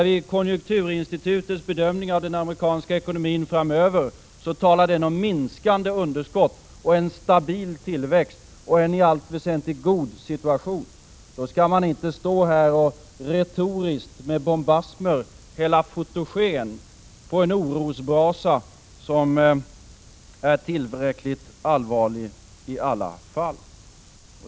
I konjunkturinstitutets bedömning av den amerikanska ekonomin framöver talas det om minskande underskott, en stabil tillväxt och en i allt väsentligt god situation. Man skall under sådana förhållanden inte stå här och med bombasmer hälla fotogen på en orosbrasa som är tillräckligt allvarlig ändå.